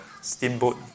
steamboat